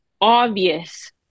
obvious